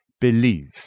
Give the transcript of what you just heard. believe